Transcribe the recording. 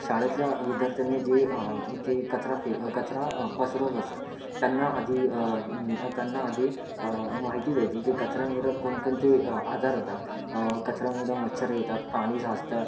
शाळेतल्या विद्यार्थ्यांनी जी जे कचरा फिर कचरा पसरवत असतात त्यांना आधी त्यांना आधी माहिती द्यायची की कचऱ्यामुळं कोणकोणते आजार होतात कचऱ्यामुळं मच्छर येतात पाणी साचतं